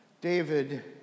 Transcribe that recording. David